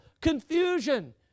confusion